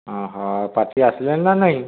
ପାଚି ଆସିଲାଣି ନା ନାଇ